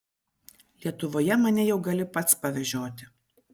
lietuvoje mane jau gali pats pavežioti